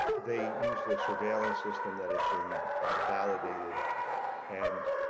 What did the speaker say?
they use the surveillance system that has been validated and